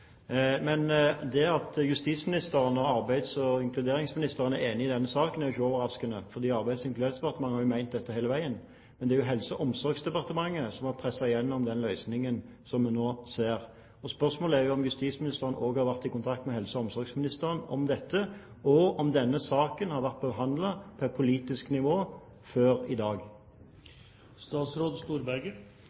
At justisministeren og arbeidsministeren er enig i denne saken, er ikke overraskende – Arbeids- og inkluderingsdepartementet har jo ment dette hele tiden – men det er Helse- og omsorgsdepartementet som har presset igjennom den løsningen vi nå ser. Spørsmålet er om justisministeren også har vært i kontakt med helse- og omsorgsministeren om dette, og om denne saken har vært behandlet på et politisk nivå tidligere før i